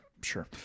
sure